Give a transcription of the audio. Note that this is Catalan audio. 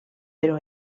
però